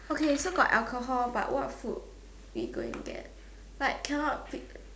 okay so got alcohol but what food we going get but cannot